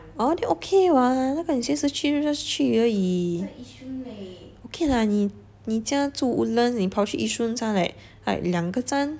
ah then okay [what] then 你 just 去而已 okay lah 你你家住 woodlands 你跑去 yishun 才 like what 两个站